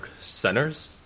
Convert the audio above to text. centers